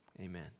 Amen